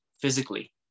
physically